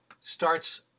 starts